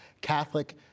Catholic